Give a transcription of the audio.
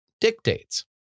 dictates